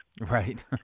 Right